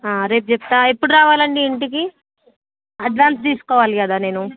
రేపు చెప్తాను ఎప్పుడు రావాలండి ఇంటికి అడ్వాన్స్ తీసుకోవాలి కదా నేను